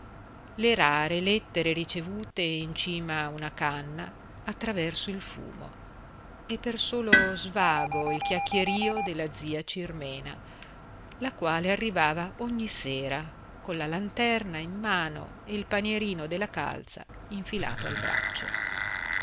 le rare lettere ricevute in cima a una canna attraverso il fumo e per solo svago il chiacchierìo della zia cirmena la quale arrivava ogni sera colla lanterna in mano e il panierino della calza infilato al braccio